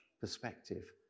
perspective